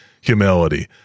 humility